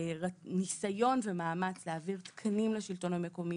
בניסיון ומאמץ להעביר תקנים לשלטון המקומי